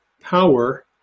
power